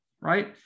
right